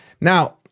Now